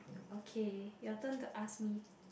okay your turn to ask me